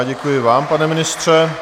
A já děkuji vám, pane ministře.